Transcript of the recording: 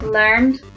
learned